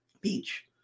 Beach